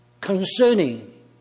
concerning